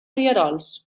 rierols